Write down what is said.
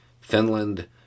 Finland